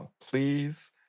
Please